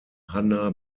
hanna